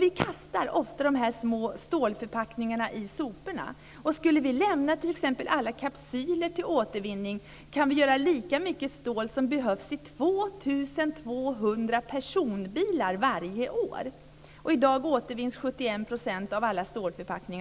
Vi kastar ofta de små stålförpackningarna i soporna. Skulle vi lämna alla kapsyler till återvinning skulle vi kunna göra lika mycket stål som behövs till 2 200 personbilar varje år. I dag återvinns 71 % av alla stålförpackningar.